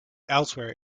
elsewhere